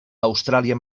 austràlia